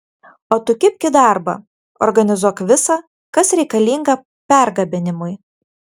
o tu kibk į darbą organizuok visa kas reikalinga pergabenimui